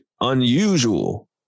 unusual